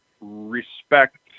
respect